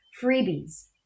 freebies